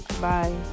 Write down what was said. bye